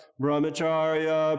brahmacharya